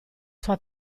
sua